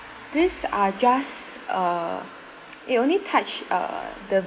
these are just uh it only touch uh the